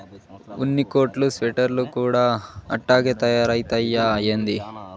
ఉన్ని కోట్లు స్వెటర్లు కూడా అట్టాగే తయారైతయ్యా ఏంది